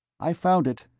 i found it.